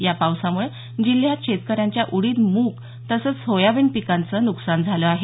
या पावसामुळे जिल्ह्यात शेतकऱ्यांच्या उडीद मूग तसंच सोयाबीन पिकाचे न्कसान झाले आहे